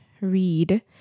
Read